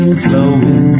flowing